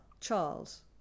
Charles